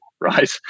right